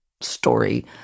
story